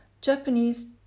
Japanese